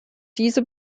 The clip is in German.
diese